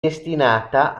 destinata